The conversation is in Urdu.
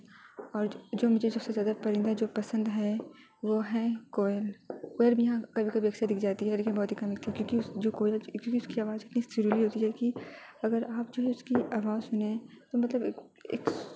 اور جو مجھے سب سے زیادہ پرندہ جو پسند ہے وہ ہے کوئل کوئل بھی ہاں کبھی کبھی اکثر دکھ جاتی ہے لیکن بہت ہی کم دکھتی ہے کیونکہ جو کوئل کیونکہ اس کی آواج اتنی سریلی ہوتی ہے کہ اگر آپ جو ہے اس کی آواز سنیں تو مطلب ایک ایک